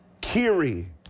Kiri